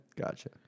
Gotcha